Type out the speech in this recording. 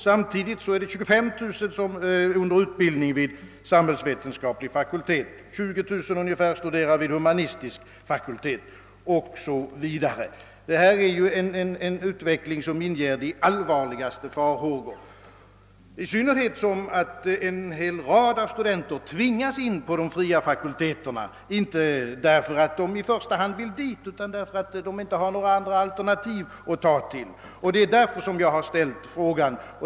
Samtidigt är 25000 under utbildning vid samhällsvetenskaplig fakultet, ungefär 20 000 studerar vid humanistisk fakultet o.s.v. Detta är en utveckling som inger de allvarligaste farhågor, i synnerhet som en mängd studenter tvingas in i de filosofiska fakulteterna. Det är alltså inte i första hand så att de vill dit, utan de har helt enkelt inget alternativ. Det är därför jag ställt frågan.